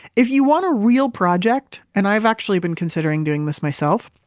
if you want a real project. and i've actually been considering doing this myself.